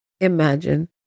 Imagine